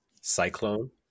Cyclone